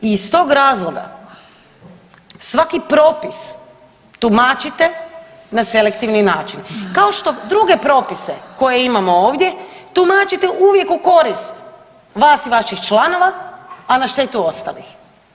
I iz tog razloga svaki propis tumačite na selektivni način kao što druge propise koje imamo ovdje tumačite uvijek u korist vas i vaših članova, a na štetu ostalih.